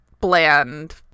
bland